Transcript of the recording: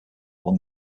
along